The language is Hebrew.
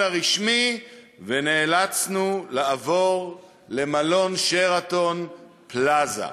הרשמי ונאלצנו לעבור למלון 'שרתון פלאזה'".